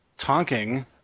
Tonking